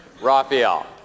Raphael